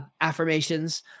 affirmations